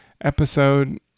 episode